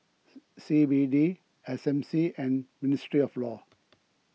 C B D S M C and ministry of law